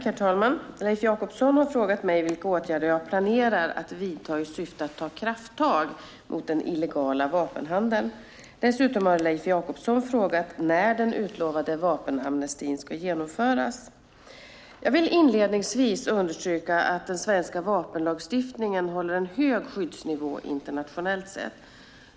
Herr talman! Leif Jakobsson har frågat mig vilka åtgärder jag planerar att vidta i syfte att ta krafttag mot den illegala vapenhandeln. Dessutom har Leif Jakobsson frågat när den utlovade vapenamnestin ska genomföras. Jag vill inledningsvis understryka att den svenska vapenlagstiftningen håller en hög skyddsnivå internationellt sett.